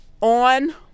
on